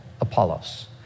Apollos